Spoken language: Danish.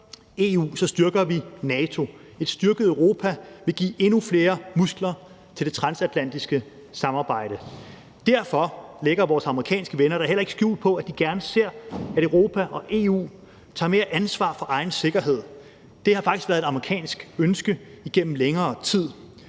så styrker vi NATO. Et styrket Europa vil give endnu flere muskler til det transatlantiske samarbejde. Derfor lægger vores amerikanske venner da heller ikke skjul på, at de gerne ser, at Europa og EU tager mere ansvar for egen sikkerhed. Det har faktisk været et amerikansk ønske igennem længere tid.